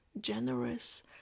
generous